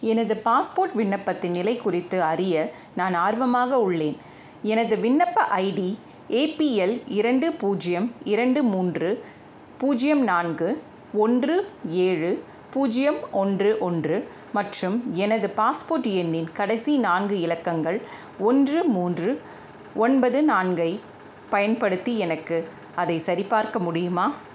எனது பாஸ்போர்ட் விண்ணப்பத்தின் நிலை குறித்து அறிய நான் ஆர்வமாக உள்ளேன் எனது விண்ணப்ப ஐடி ஏபிஎல் இரண்டு பூஜ்ஜியம் இரண்டு மூன்று பூஜ்ஜியம் நான்கு ஒன்று ஏழு பூஜ்ஜியம் ஒன்று ஒன்று மற்றும் எனது பாஸ்போர்ட் எண்ணின் கடைசி நான்கு இலக்கங்கள் ஒன்று மூன்று ஒன்பது நான்கை பயன்படுத்தி எனக்கு அதை சரிபார்க்க முடியுமா